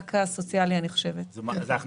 אני חושבת שזה היה במענק הסוציאלי.